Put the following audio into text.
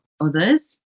others